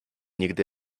nigdy